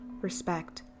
respect